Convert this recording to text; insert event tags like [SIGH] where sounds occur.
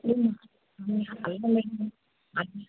ನಿಮ್ಮ [UNINTELLIGIBLE]